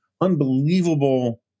unbelievable